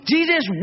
Jesus